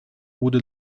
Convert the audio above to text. wurde